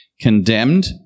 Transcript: condemned